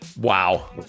wow